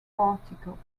particles